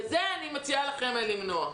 את זה אני מציעה לכם למנוע.